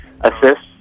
ASSIST